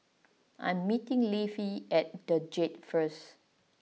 I'm meeting Leif at The Jade first